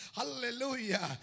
Hallelujah